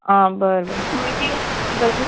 आ बरें